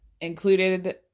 included